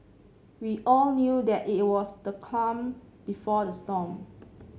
we all knew that it was the calm before the storm